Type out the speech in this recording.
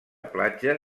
platja